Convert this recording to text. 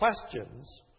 questions